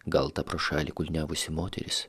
gal ta pro šalį kulniavusi moterys